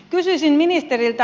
kysyisin ministeriltä